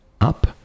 up